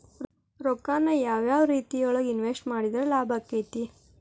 ರೊಕ್ಕಾನ ಯಾವ ಯಾವ ರೇತಿಯೊಳಗ ಇನ್ವೆಸ್ಟ್ ಮಾಡಿದ್ರ ಲಾಭಾಕ್ಕೆತಿ?